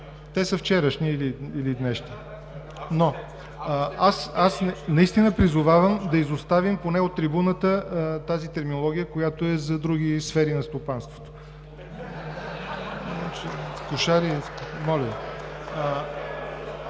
те са вчерашни или днешни. Наистина призовавам да изоставим поне от трибуната тази терминология, която е за други сфери на стопанството. (Оживление.)